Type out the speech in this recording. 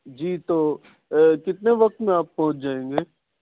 جی تو کتنے وقت میں آپ پہنچ جائیں گے